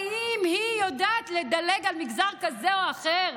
האם היא יודעת לדלג על מגזר כזה או אחר?